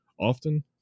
often